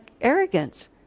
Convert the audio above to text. arrogance